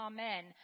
Amen